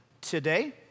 today